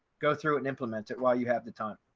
go through and implement it while you have the time.